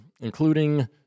Including